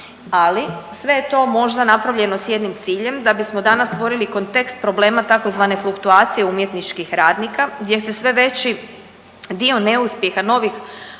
Ali sve je to možda napravljeno s jednim ciljem da bismo danas stvorili kontekst problema tzv. fluktuacija umjetničkih radnika gdje se sve veći dio neuspjeha novih